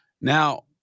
Now